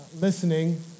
listening